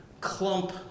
clump